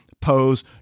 pose